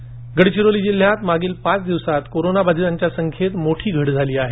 रुग्णसंख्येत घट गडचिरोली जिल्ह्यात मागील पाच दिवसांत कोरोनाबाधितांच्या संख्येत मोठी घट झाली आहे